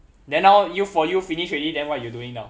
then now you for you finish already then what you doing now